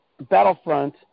battlefront